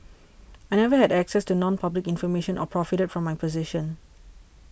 I never had access to nonpublic information or profited from my position